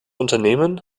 unternehmen